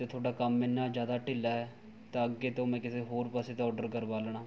ਅਤੇ ਤੁਹਾਡਾ ਕੰਮ ਇੰਨਾ ਜ਼ਿਆਦਾ ਢਿੱਲਾ ਹੈ ਤਾਂ ਅੱਗੇ ਤੋਂ ਮੈਂ ਕਿਸੇ ਹੋਰ ਪਾਸੇ ਤੋਂ ਓਡਰ ਕਰਵਾ ਲੈਣਾ